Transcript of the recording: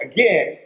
Again